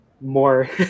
more